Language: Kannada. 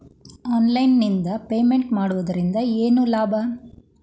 ಆನ್ಲೈನ್ ನಿಂದ ಪೇಮೆಂಟ್ ಮಾಡುವುದರಿಂದ ಏನು ಲಾಭ?